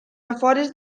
afores